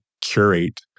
curate